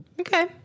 Okay